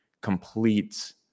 complete